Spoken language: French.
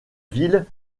ville